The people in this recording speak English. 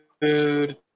food